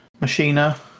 Machina